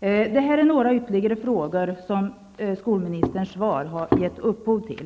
Detta är några ytterligare frågor som skolministerns svar har gett upphov till.